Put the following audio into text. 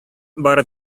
бары